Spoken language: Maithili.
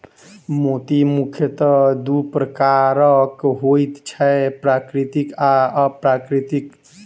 मोती मुखयतः दू प्रकारक होइत छै, प्राकृतिक आ अप्राकृतिक